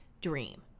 dream